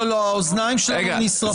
האוזניים שלנו נשרפות מדברים אחרים, לא מזה.